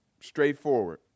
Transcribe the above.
straightforward